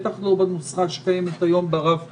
בטח לא בנוסחה שקיימת היום ברב קוק,